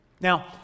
Now